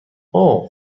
اوه